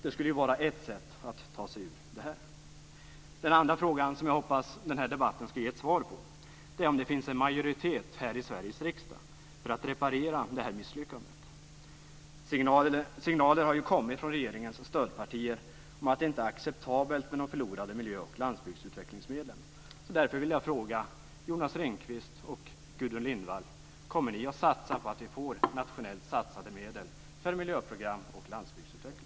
Det skulle ju vara ett sätt att ta sig ur detta. En annan fråga som jag hoppas att denna debatt skall ge ett svar på är om det finns en majoritet här i Sveriges riksdag för att reparera detta misslyckande. Signaler har ju kommit från regeringens stödpartier om att det inte är acceptabelt med de förlorade miljöoch landsbygdsutvecklingsmedlen. Därför vill jag fråga Jonas Ringqvist och Gudrun Lindvall: Kommer ni att satsa på att vi får nationellt satsade medel för miljöprogram och landsbygdsutveckling?